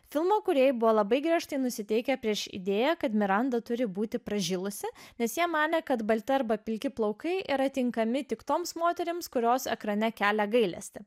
filmo kūrėjai buvo labai griežtai nusiteikę prieš idėją kad miranda turi būti pražilusi nes jie manė kad balti arba pilki plaukai yra tinkami tik toms moterims kurios ekrane kelia gailestį